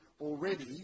already